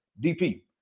DP